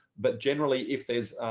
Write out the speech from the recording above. but generally if there's